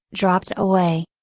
dropped away.